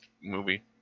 movie